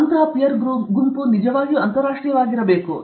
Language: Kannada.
ಮತ್ತು ಆ ಪೀರ್ ಗುಂಪು ನಿಜವಾಗಿಯೂ ಅಂತರರಾಷ್ಟ್ರೀಯವಾಗಿರಬೇಕು